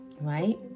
right